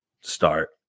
start